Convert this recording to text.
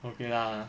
okay lah